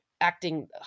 acting